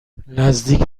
نزدیک